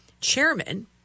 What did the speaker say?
chairman